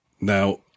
Now